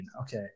Okay